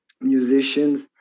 musicians